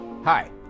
Hi